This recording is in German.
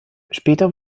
später